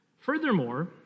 Furthermore